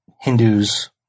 Hindus